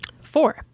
Four